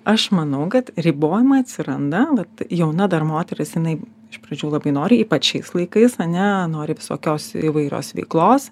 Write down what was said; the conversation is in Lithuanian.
aš manau kad ribojimai atsiranda vat jauna dar moteris jinai iš pradžių labai nori ypač šiais laikais ane nori visokios įvairios veiklos